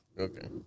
Okay